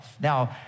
now